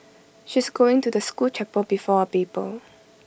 she's going to the school chapel before her